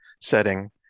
setting